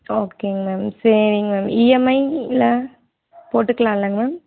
ஓகேங்க மேம் சரிங்க மேம் இஎம்ஐயில போட்டுக்கலாலங்க மேம்